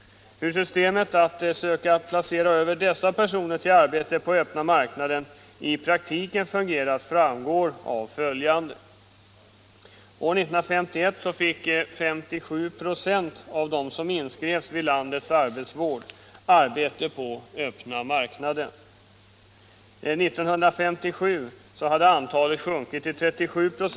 Hur systemet att söka placera dessa personer i arbete på den öppna marknaden fungerat i praktiken framgår av följande. År 1951 fick 57 96 av dem som inskrevs vid landets arbetsvård arbete på den öppna marknaden. År 1957 hade antalet sjunkit till 37 96.